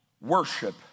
worship